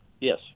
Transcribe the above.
Yes